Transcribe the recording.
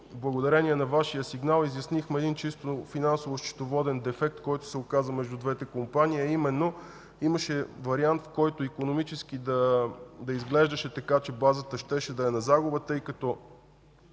Благодарение на Вашия сигнал изяснихме един чисто финансово-счетоводен дефект, който се оказа между двете компании, а именно имаше вариант, който икономически да изглежда така, че базата щеше да е на загуба, тъй като